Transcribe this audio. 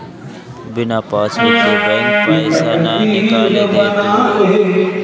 बिना पासबुक के बैंक पईसा ना निकाले देत बिया